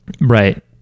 Right